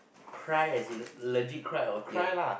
cry as in legit cry or tear